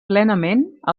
plenament